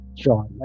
Sure